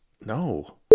No